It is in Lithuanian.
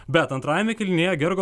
bet antrajame kėlinyje gergo